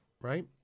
Right